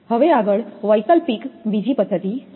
હવે આગળ વૈકલ્પિકબીજી પદ્ધતિ છે